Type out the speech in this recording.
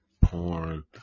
porn